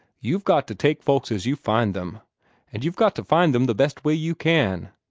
you've got to take folks as you find them and you've got to find them the best way you can.